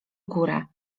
górę